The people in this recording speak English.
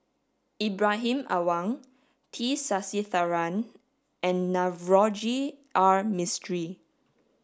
Ibrahim Awang T Sasitharan and Navroji R Mistri